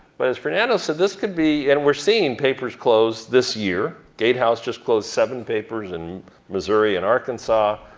but as fernando said, this could be, and we're seeing papers close this year. gatehouse just closed seven papers in missouri and arkansas.